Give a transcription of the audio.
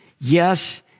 Yes